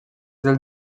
dels